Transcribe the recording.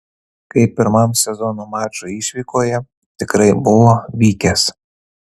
kaip pirmam sezono mačui išvykoje tikrai buvo vykęs